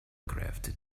crafted